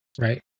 Right